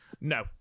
No